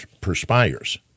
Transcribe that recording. perspires